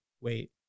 wait